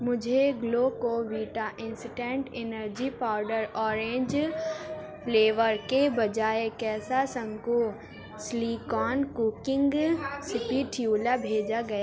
مجھے Glucovita instant energy powder orange flavour کے بجائے کیساسنکو سیلیکن کوکنگ سپیٹیولا بھیجا گیا